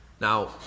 Now